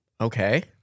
Okay